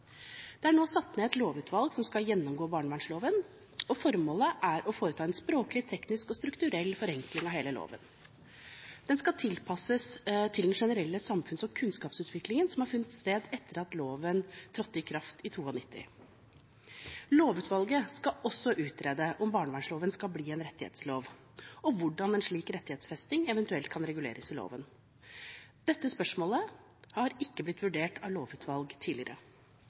Det er nå satt ned et lovutvalg som skal gjennomgå barnevernloven, og formålet er å foreta en språklig, teknisk og strukturell forenkling av hele loven. Den skal tilpasses den generelle samfunns- og kunnskapsutviklingen som har funnet sted etter at loven trådte i kraft i 1992. Lovutvalget skal også utrede om barnevernloven skal bli en rettighetslov, og hvordan en slik rettighetsfesting eventuelt kan reguleres i loven. Dette spørsmålet har ikke blitt vurdert av lovutvalg tidligere.